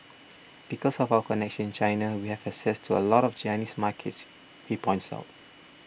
because of our connections in China we have access to a lot of Chinese markets he points out